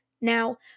Now